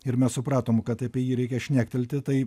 ir mes supratom kad apie jį reikia šnektelti tai